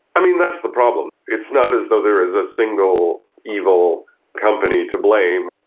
i mean, that's the problem. it's not as though there is a single evil company to blame,